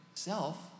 self